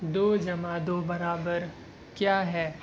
دو جمع دو برابر کیا ہے